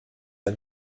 ein